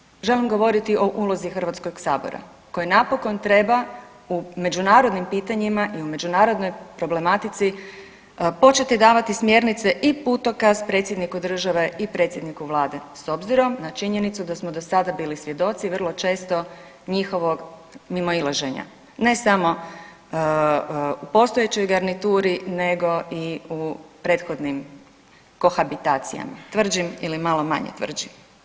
Prije svega želim govoriti o ulozi HS-a koji napokon treba u međunarodnim pitanjima i u međunarodnoj problematici početi davati smjernice i putokaza predsjedniku države i predsjedniku Vlade s obzirom na činjenicu da smo do sada bili svjedoci vrlo često njihovog mimoilaženja, ne samo u postojećoj garnituri nego i u prethodnim kohabitacijama, tvrđim ili malo manje tvrđim.